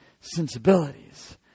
sensibilities